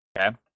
Okay